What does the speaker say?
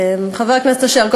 חבר הכנסת אשר,